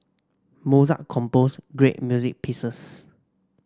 Mozart compose great music pieces